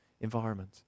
environment